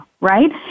Right